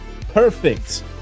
Perfect